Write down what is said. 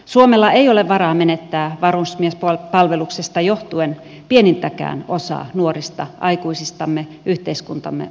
suomella ei ole varaa menettää varusmiespalveluksesta johtuen pienintäkään osaa nuorista aikuisistamme yhteiskuntamme ulkopuolelle